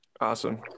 Awesome